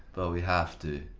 but we have to.